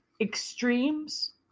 extremes